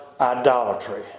idolatry